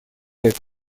это